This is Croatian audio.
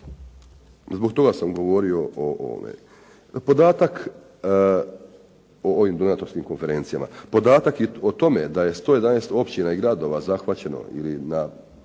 Zbog toga sam govorio o ovim donatorskim konferencijama. Podatak o tome da je 111 općina i gradova zahvaćeno ili na